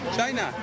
China